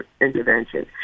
intervention